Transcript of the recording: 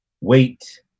Wait